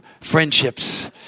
friendships